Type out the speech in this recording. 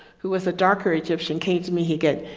who was a darker egyptian came to me he get,